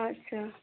ଆଚ୍ଛା